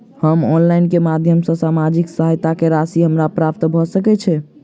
हम ऑनलाइन केँ माध्यम सँ सामाजिक सहायता केँ राशि हमरा प्राप्त भऽ सकै छै?